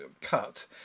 cut